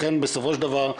לכן בסופו של דבר,